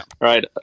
Right